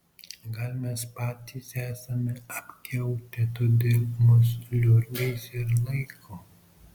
gal mes patys esame apkiautę todėl mus liurbiais ir laiko